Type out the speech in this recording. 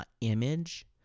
image